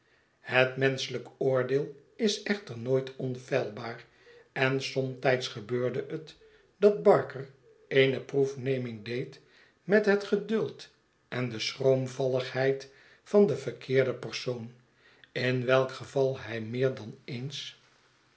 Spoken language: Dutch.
het menschelijk oordeel is echter nooit onfeilbaar en somtijds gebeurde het dat barker eene proefneming deed met het geduld en de schroomvalligheid van den verkeerden persoon in welk geval hij meer dan eens